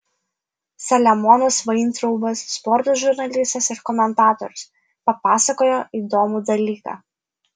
saliamonas vaintraubas sporto žurnalistas ir komentatorius papasakojo įdomų dalyką